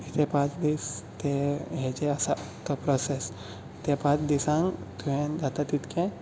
हे पांच दीस ते हें जें आसा तो प्रोसेस ते पांच दिसांक तुवें जाता तितकें